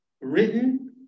written